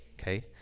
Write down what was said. okay